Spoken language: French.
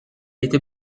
était